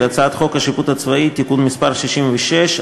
הצעת חוק השיפוט הצבאי (תיקון מס' 66),